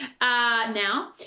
now